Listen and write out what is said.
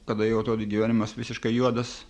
kada jau atrodė gyvenimas visiškai juodas